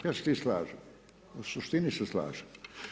Ja se s tim slažem, u suštini se slažem.